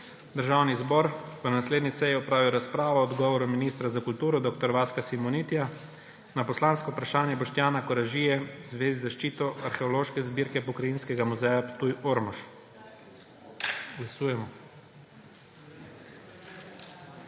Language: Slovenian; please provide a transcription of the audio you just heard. Državni zbor bo na naslednji seji opravil razpravo o odgovoru ministra za kulturo dr. Vaska Simonitija na poslansko vprašanje Boštjana Koražije v zvezi z zaščito arheološke zbirke Pokrajinskega muzeja Ptuj-Ormož. Glasujemo.